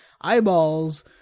eyeballs